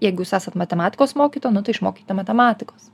jeigu jūs esat matematikos mokytojasnu tai išmokyti matematikos